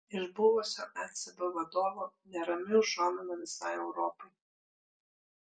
iš buvusio ecb vadovo nerami užuomina visai europai